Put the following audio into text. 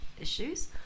issues